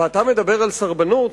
ואתה מדבר על סרבנות?